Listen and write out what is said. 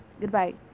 goodbye